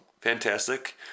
fantastic